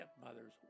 stepmother's